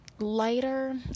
lighter